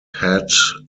had